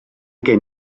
gen